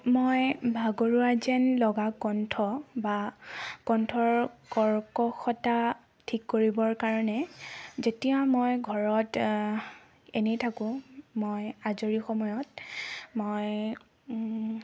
মই ভাগৰুৱা যেন লগা কণ্ঠ বা কণ্ঠৰ কৰ্কশতা ঠিক কৰিবৰ কাৰণে যেতিয়া মই ঘৰত এনেই থাকোঁ মই আজৰি সময়ত মই